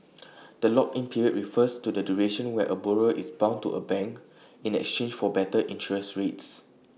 the lock in period refers to the duration where A borrower is bound to A bank in exchange for better interest rates